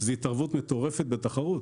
זו התערבות מטורפת בתחרות.